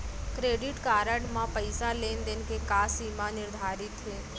Credit card म पइसा लेन देन के का सीमा निर्धारित हे?